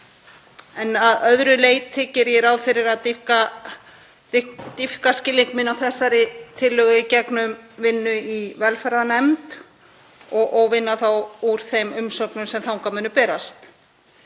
Að öðru leyti geri ég ráð fyrir að dýpka skilning minn á þessari tillögu í gegnum vinnu í velferðarnefnd og vinna þá úr þeim umsögnum sem þangað munu berast.